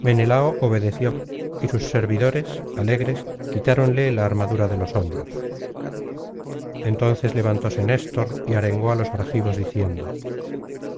menelao obedeció y sus servidores alegres quitáronle la armadura de los hombros entonces levantóse néstor y arengó á los argivos diciendo